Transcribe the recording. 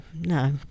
no